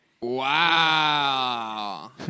Wow